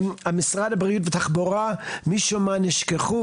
5.משרד הבריאות והתחבורה משום מה נשכחו,